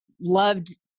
loved